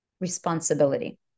responsibility